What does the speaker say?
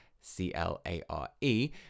c-l-a-r-e